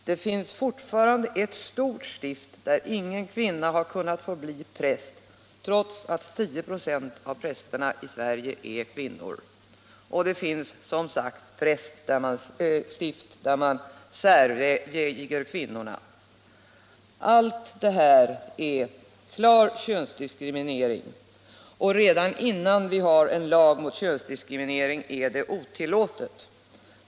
Det finns fortfarande ett stort stift där ingen kvinna kunnat få bli präst trots att 10 96 av prästerna i Sverige är kvinnor, och det finns som sagt stift där man särviger kvinnorna. Allt detta är klar könsdiskriminering, och redan innan vi har en lag mot könsdiskriminering är det otillåtet.